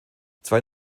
zwei